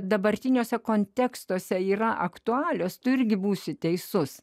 dabartiniuose kontekstuose yra aktualios tu irgi būsi teisus